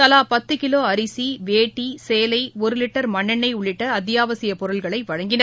தவாபத்துகிலோஅரிசி வேட்டி சேலை ஒருவிட்டர் மண்ணெண்ணெய் உள்ளிட்டஅத்தியாவசியப் பொருட்களைவழங்கின்